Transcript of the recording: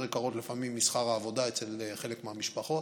יותר יקרות לפעמים משכר העבודה אצל חלק מהמשפחות.